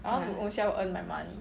I want to own self earn my money